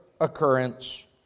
occurrence